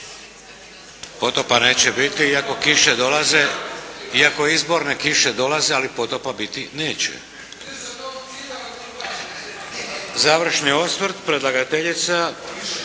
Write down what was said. dolaze. Iako izborne kiše dolaze, ali potopa biti neće. Završni osvrt, predlagateljica,